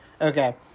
Okay